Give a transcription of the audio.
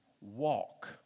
walk